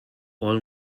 all